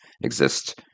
exist